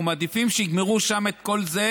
אנחנו מעדיפים שיגמרו שם את כל זה,